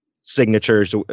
signatures